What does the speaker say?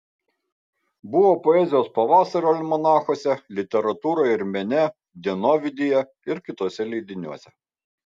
buvo poezijos pavasario almanachuose literatūroje ir mene dienovidyje ir kituose leidiniuose